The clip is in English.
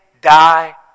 die